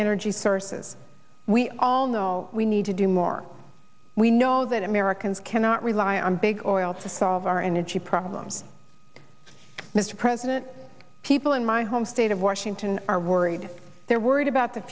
energy sources we all know we need to do more we know that americans cannot rely on big oil to solve our energy problems mr president people in my home state of washington are worried they're worried about the